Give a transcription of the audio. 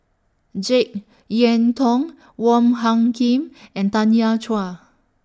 Jek Yeun Thong Wong Hung Khim and Tanya Chua